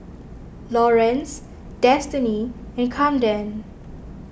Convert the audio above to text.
Lawerence Destiny and Camden